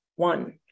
One